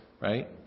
right